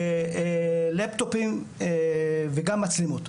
לפטופים וגם מצלמות.